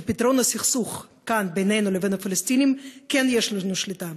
על פתרון הסכסוך כאן בינינו לבין הפלסטינים יש לנו שליטה.